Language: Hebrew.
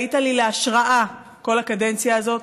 היית לי להשראה כל הקדנציה הזאת,